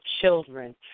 children